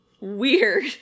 weird